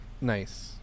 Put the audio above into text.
nice